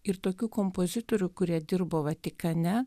ir tokių kompozitorių kurie dirbo vatikane